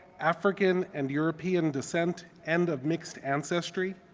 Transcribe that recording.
african and european descent and of mixed ancestry.